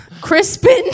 Crispin